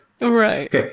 Right